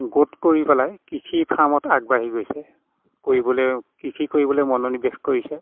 গোট কৰি পেলাই কৃষি ফাৰ্মত আগবাঢ়ি গৈছে কৰিবলৈ কৃষি কৰিবলৈ মনোনিৱেশ কৰিছে